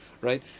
Right